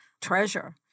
treasure